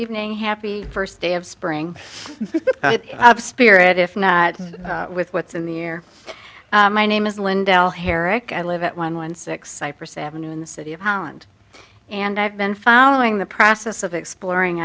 evening happy first day of spring spirit if not with what's in the air my name is wendell herrick i live at one one six cypress avenue in the city of holland and i've been following the process of exploring